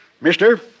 Mister